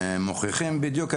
זה לוקחים את